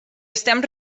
estem